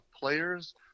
players